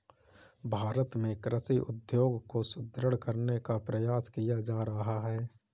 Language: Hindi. भारत में कृषि उद्योग को सुदृढ़ करने का प्रयास किया जा रहा है